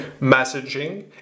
messaging